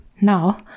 Now